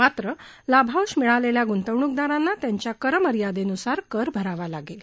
मात्र लाभांश मिळालेल्या गुंतवणूकदारांना त्यांच्या कर मर्यादेनुसार कर भरावा लागेल